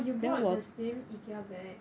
oh you brought the same Ikea bag